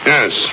Yes